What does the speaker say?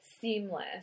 seamless